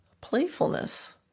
playfulness